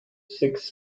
six